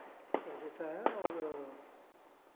कह देता है और